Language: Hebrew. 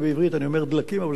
אבל זה כנראה משתרש בעברית.